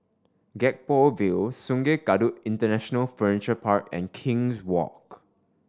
Gek Poh Ville Sungei Kadut International Furniture Park and King's Walk